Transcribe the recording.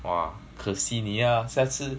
!wah! 可惜你 ah 下次